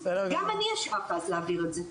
גם אני אשאף אז להעביר את זה.